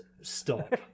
stop